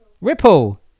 Ripple